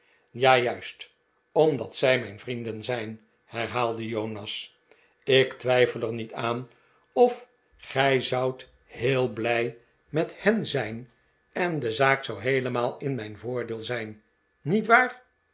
ja juist omdat zij mijn vrienden zijn herhaalde jonas ik twijfel er niet aan of gij zoudt heel blij met hen zijn en de zaak zou heelemaal in mijn voordeel zijn niet waar